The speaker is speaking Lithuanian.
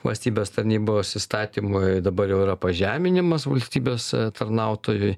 valstybės tarnybos įstatymui dabar jau yra pažeminimas valstybės tarnautojui